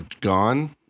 gone